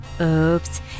Oops